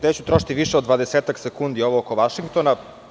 Neću trošiti više od 20-ak sekundi oko Vašingtona.